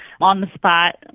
on-the-spot